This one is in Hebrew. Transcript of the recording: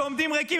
שעומדים ריקים.